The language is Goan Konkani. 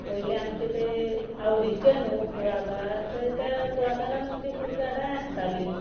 पयलीं आमचें तें आवडिचें न्हय कुळागर थंय ते कुळागरांत आमचीं फूलझाडांय आसतालीं